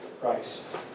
Christ